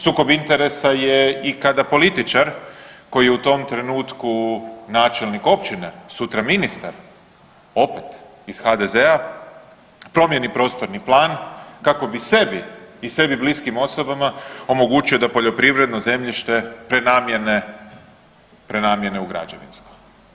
Sukob interesa je i kada političar koji je u tom trenutku načelnik općine, sutra ministar opet iz HDZ-a promijeni prostorni plan kako bi sebi i sebi bliskim osobama omogućio da poljoprivredno zemljište prenamjene u građevinsko.